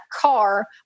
car